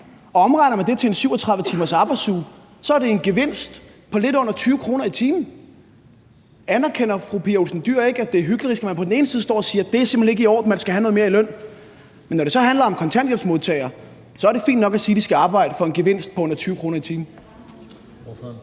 omregner man det til en 37-timersarbejdsuge, er det en gevinst på lidt under 20 kr. i timen. Anerkender fru Pia Olsen Dyhr ikke, at det er hyklerisk, at hun på den ene side står og siger, at det simpelt hen ikke er i orden, og at man skal have noget mere i løn, og på den anden side synes, når det så handler om kontanthjælpsmodtagere, at det er fint nok at sige, at når de så skal arbejde, får de en gevinst på under 20 kr. i timen?